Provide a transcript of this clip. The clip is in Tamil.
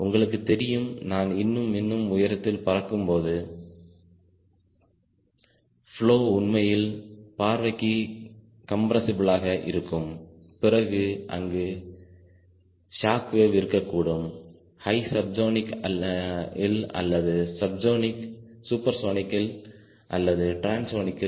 உங்களுக்கு தெரியும் நான் இன்னும் இன்னும் உயரத்தில் பறக்கும்போது ப்ளொ உண்மையில் பார்வைக்கு கம்பிரசிபிளாக இருக்கும் பிறகு அங்கு ஷாக் வேவ் இருக்கக்கூடும் ஹை சப்சொனிக் இல் அல்லது சூப்பர்சோனிக் இல் அல்லது டிரான்ஸ்சோனிக் இல்